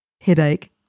headache